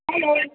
hello